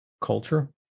culture